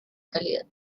calidad